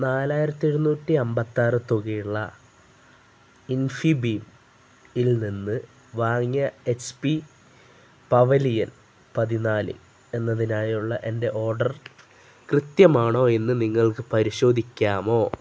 നാലായിരത്തി എഴുന്നൂറ്റി അന്പത്തിയാറ് തുകയുള്ള ഇൻഫിബീമിൽ നിന്നു വാങ്ങിയ എച്ച് പി പവലിയൻ പതിനാല് എന്നതിനായുള്ള എൻ്റെ ഓര്ഡർ കൃത്യമാണോ എന്നു നിങ്ങൾക്ക് പരിശോധിക്കാമോ